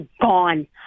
gone